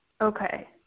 Okay